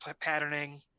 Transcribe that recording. patterning